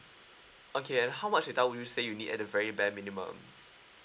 okay and how much data would you say you need at the very bare minimum